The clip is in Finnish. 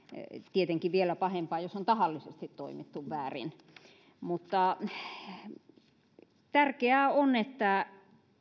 tietenkin on vielä pahempaa jos on tahallisesti toimittu väärin tärkeää on että